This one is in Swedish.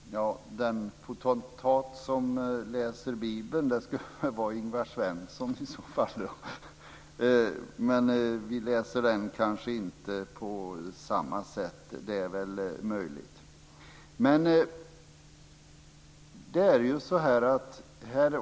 Fru talman! Den potentat som läser Bibeln är väl Ingvar Svensson. Det är möjligt att vi inte läser den på samma sätt.